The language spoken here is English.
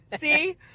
See